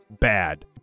bad